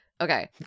Okay